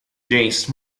james